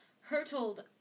hurtled